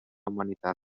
humanitat